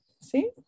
See